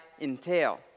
entail